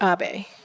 Abe